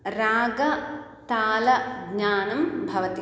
रागः तालः ज्ञानं भवति